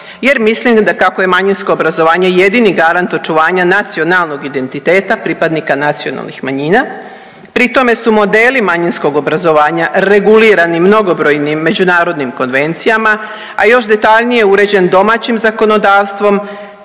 jer mislim kako je manjinsko obrazovanje jedini garant očuvanja nacionalnog identiteta pripadnika nacionalnih manjina. Pritome su modeli manjinskog obrazovanja regulirani mnogobrojnim međunarodnim konvencijama, a još detaljnije uređen domaćim zakonodavstvom,